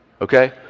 Okay